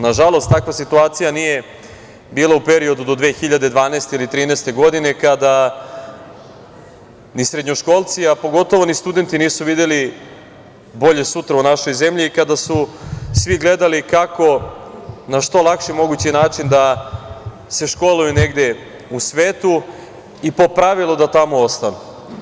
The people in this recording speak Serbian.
Na žalost, takva situacija nije bila u periodu do 2012, 2013. godine kada ni srednjoškolci, a pogotovo ni studenti nisu videli bolje sutra u našoj zemlji i kada su svi gledali kako na što lakši mogući način, da se školuju negde u svetu, i po pravilu da tamo ostanu.